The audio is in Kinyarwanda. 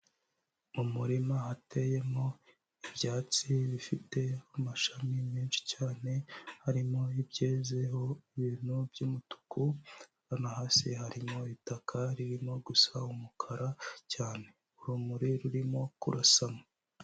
Mu murima hateyemo ibyatsi bifite amashami menshi cyane harimo ibyezeho ibintu by'umutuku, hano hasi harimo itaka ririmo gusa umukara cyane, urumuri rurimo kurasamo.